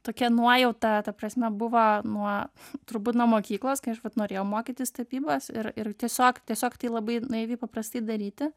tokia nuojauta ta prasme buvo nuo turbūt nuo mokyklos kai aš vat norėjau mokytis tapybos ir ir tiesiog tiesiog tai labai naiviai paprastai daryti